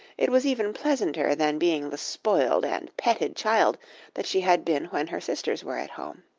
it was even pleasanter than being the spoiled and petted child that she had been when her sisters were at home.